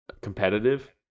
Competitive